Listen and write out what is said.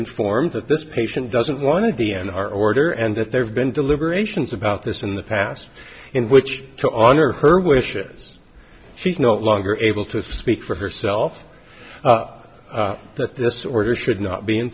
informed that this patient doesn't want d n r order and that there have been deliberations about this in the past in which to honor her wishes she's no longer able to speak for herself that this order should not be in